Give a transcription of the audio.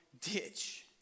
ditch